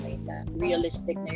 Realistic